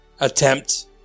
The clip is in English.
attempt